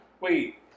Wait